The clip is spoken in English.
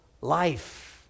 life